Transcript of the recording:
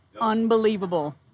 Unbelievable